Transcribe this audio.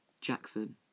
Jackson